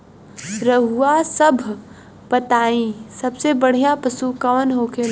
रउआ सभ बताई सबसे बढ़ियां पशु कवन होखेला?